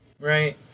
right